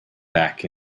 back